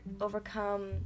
overcome